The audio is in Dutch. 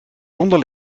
zonder